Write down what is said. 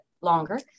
longer